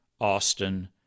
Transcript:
Austin